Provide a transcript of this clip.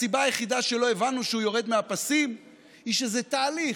הסיבה היחידה שלא הבנו שהוא יורד מהפסים היא שזה תהליך,